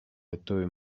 yatowe